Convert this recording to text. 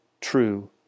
true